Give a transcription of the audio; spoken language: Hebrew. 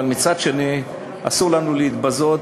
אבל מצד שני אסור לנו להתבזות,